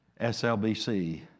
SLBC